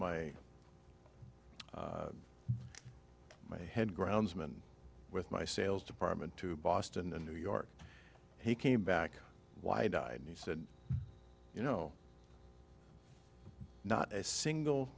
my head groundsman with my sales department to boston and new york he came back why died and he said you know not a single